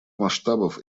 масштабов